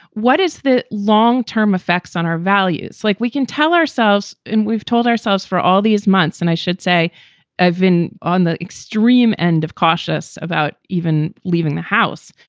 what is the long term effects on our values? like we can tell ourselves and we've told ourselves for all these months, and i should say i've been on the extreme end of cautious about even leaving the house,